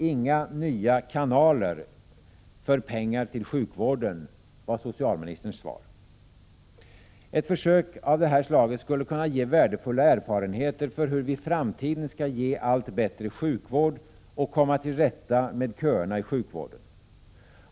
Inga nya kanaler för pengar till sjukvården, var socialministerns svar. Ett försök av det här slaget skulle kunna ge värdefulla erfarenheter för hur vi i framtiden skall ge allt bättre sjukvård och komma till rätta med köerna inom sjukvården.